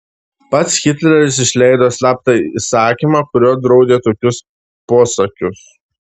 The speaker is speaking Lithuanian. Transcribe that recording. pats hitleris išleido slaptą įsakymą kuriuo draudė tokius posakius